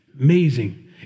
amazing